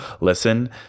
listen